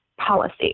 policy